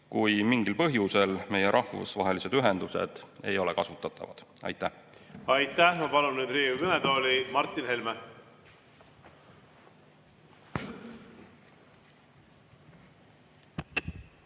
kui mingil põhjusel meie rahvusvahelised ühendused ei ole kasutatavad. Aitäh! Aitäh! Ma palun nüüd Riigikogu kõnetooli Martin Helme.